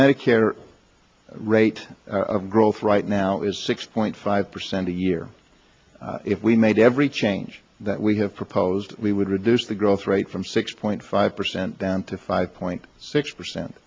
medicare rate of growth right now is six point five percent a year if we made every change that we have proposed we would reduce the growth rate from six point five percent down to five point six